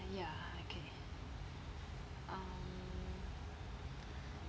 ya okay um